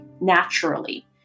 naturally